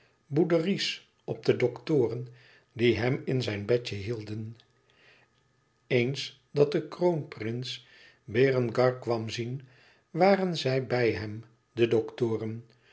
bouderies op de doktoren die hem in zijn bedje hielden eens dat de kroonprins berengar kwam zien waren zij bij hem de doktoren